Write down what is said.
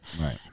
Right